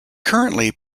currently